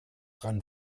ran